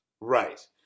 Right